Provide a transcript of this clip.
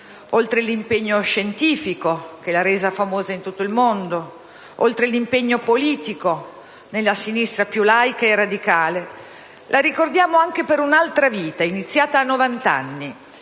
oltre l'impegno scientifico che l'ha resa famosa in tutto il mondo, oltre l'impegno politico nella sinistra più laica e radicale, la ricordiamo anche per un'altra vita iniziata a novant'anni,